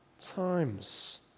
times